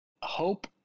hope